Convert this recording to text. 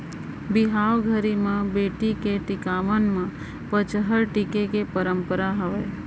बिहाव घरी म बेटी के टिकावन म पंचहड़ टीके के परंपरा हावय